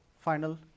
final